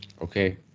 Okay